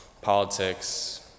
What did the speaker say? politics